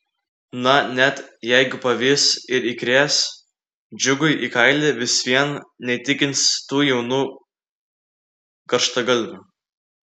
na net jeigu pavys ir įkrės džiugui į kailį vis vien neįtikins tų jaunų karštagalvių